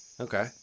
Okay